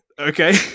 okay